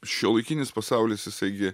šiuolaikinis pasaulis jisai gi